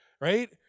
right